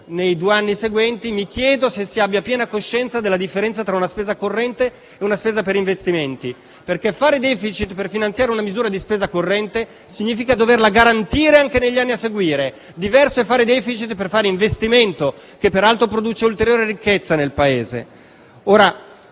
nei due anni seguenti, mi chiedo se si abbia piena coscienza della differenza tra spesa corrente e spesa per investimenti. Fare *deficit* per finanziare una misura di spesa corrente significa doverla garantire anche negli anni a seguire. Diverso è fare *deficit* per fare investimento, che peraltro produce ulteriore ricchezza nel Paese.